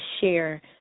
share